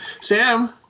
Sam